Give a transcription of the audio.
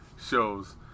shows